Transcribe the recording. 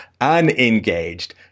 unengaged